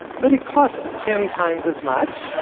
but it costs tens times as much.